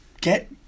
get